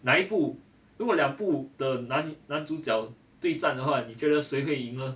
哪一部如果两部的男男主角对战的话你觉得谁会赢呢